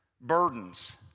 burdens